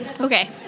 Okay